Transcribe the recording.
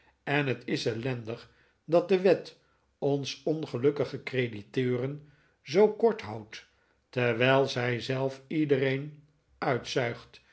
en het is ellendig dat de wet ons ongelukkige crediteuren zoo kort houdt terwijl zij zelf iedereen uitzuigt